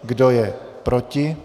Kdo je proti?